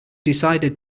decided